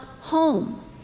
home